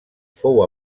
fou